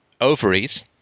ovaries